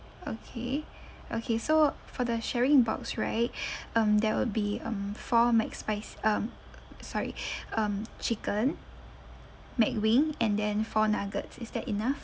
okay okay so for the sharing box right um there will be um four mcspic~ um sorry um chicken mcwing and then four nuggets is that enough